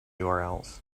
urls